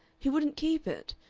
he wouldn't keep it.